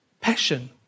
Passion